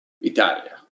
Italia